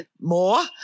more